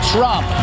Trump